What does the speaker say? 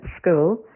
school